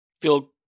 Feel